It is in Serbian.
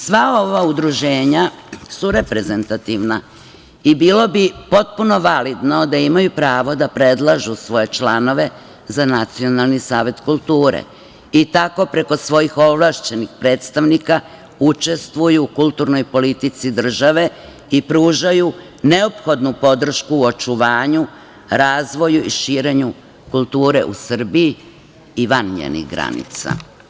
Sva ova udruženja su reprezentativna i bilo bi potpuno validno da imaju pravo da predlažu svoje članove za Nacionalni savet kulture i tako preko svojih ovlašćenih predstavnika učestvuju u kulturnoj politici države i pružaju neophodnu podršku u očuvanju, razvoju i širenju kulture u Srbiji i van njenih granica.